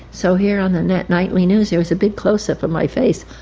so here on the nightly news there was a big close-up of my face,